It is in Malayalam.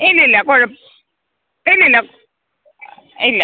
ഇല്ലില്ല കുഴപ്പം ഇല്ലില്ല ഇല്ല